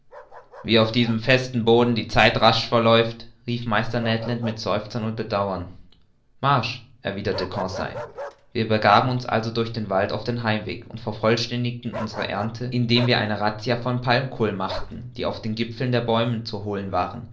wie auf diesem festen boden die zeit rasch verläuft rief meister ned land mit seufzen und bedauern marsch erwiderte conseil wir begaben uns also durch den wald auf den heimweg und vervollständigten unsere ernte indem wir eine razzia von palmkohl machten die auf den gipfeln der bäume zu holen waren